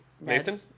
Nathan